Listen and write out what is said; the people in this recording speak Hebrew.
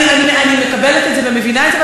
אני מקבלת את זה ומבינה את זה.